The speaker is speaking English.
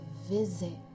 visit